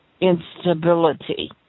instability